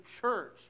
church